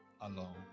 alone